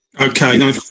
Okay